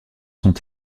sont